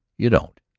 you don't?